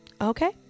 Okay